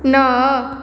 ନଅ